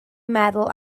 meddwl